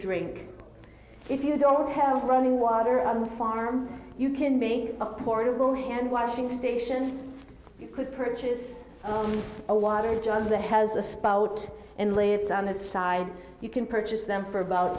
drink if you don't have running water on the farm you can make a portable hand washing station you could purchase a water jar of the has a spout and lives on that side you can purchase them for about